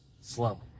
slow